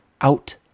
out